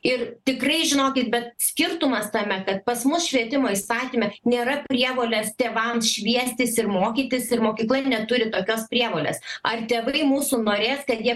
ir tikrai žinokit bet skirtumas tame kad pas mus švietimo įstatyme nėra prievolės tėvams šviestis ir mokytis ir mokykla neturi tokios prievolės ar tėvai mūsų norės kad jie